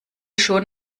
schon